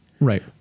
Right